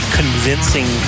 convincing